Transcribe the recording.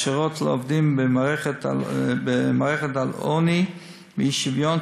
הכשרות לעובדים במערכת על עוני ואי-שוויון,